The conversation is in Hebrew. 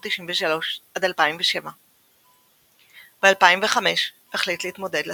1993–2007. ב-2005 החליט להתמודד לסנאט.